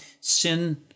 Sin